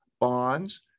bonds